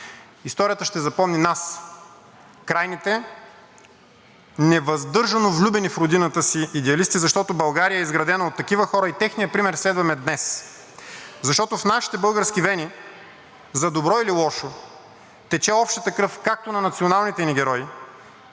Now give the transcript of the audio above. историята ще запомни нас – крайните, невъздържано влюбени в родината си идеалисти, защото България е изградена от такива хора и техния пример следваме днес. Защото в нашите български вени, за добро или лошо, тече общата кръв както на националните ни герои,